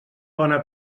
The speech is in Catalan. bona